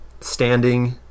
standing